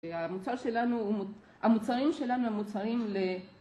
המוצרים שלנו, המוצרים שלנו המוצרים ל...